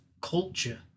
culture